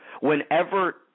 Whenever